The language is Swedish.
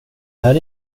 här